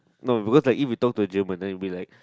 no because like if we talk to German then will be like